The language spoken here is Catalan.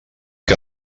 que